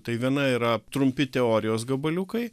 tai viena yra trumpi teorijos gabaliukai